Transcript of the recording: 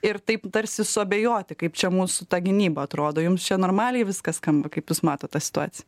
ir taip tarsi suabejoti kaip čia mūsų ta gynyba atrodo jums čia normaliai viskas skamba kaip jūs matot tą situaciją